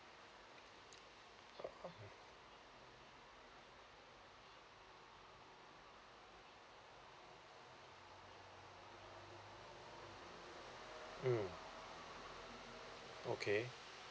mm okay